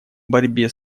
борьбе